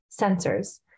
sensors